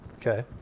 okay